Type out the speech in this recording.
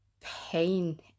pain